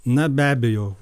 na be abejo